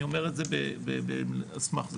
אני אומר את זה על סמך זה.